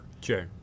Sure